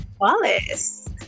Wallace